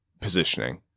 positioning